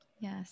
Yes